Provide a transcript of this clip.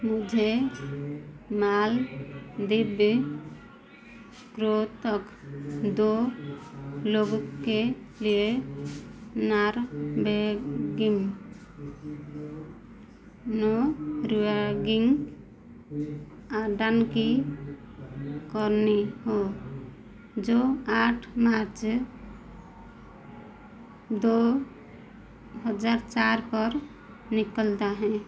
मुझे मालदिब क्रो तक दो लोगों के लिए नारबेगिम नाॅरवेगिंग उड़ान करनी हो जो आठ मार्च दो हजार चार पर निकलता है